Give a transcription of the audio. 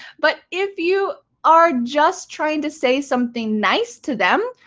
but if you are just trying to say something nice to them,